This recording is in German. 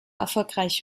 erfolgreich